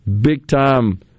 big-time